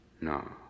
No